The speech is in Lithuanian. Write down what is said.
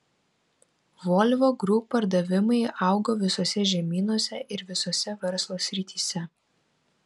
volvo group pardavimai augo visose žemynuose ir visose verslo srityse